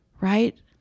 Right